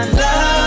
love